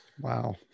Wow